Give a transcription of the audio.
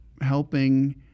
helping